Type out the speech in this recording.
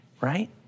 right